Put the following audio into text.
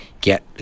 get